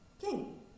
king